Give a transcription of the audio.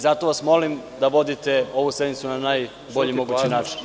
Zato vas molim da vodite ovu sednicu na najbolji mogući način.